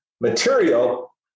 material